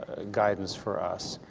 guidance for us.